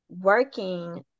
working